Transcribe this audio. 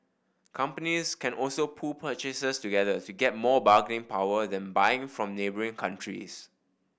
companies can also pool purchases together to get more bargaining power then buying from neighbouring countries